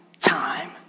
time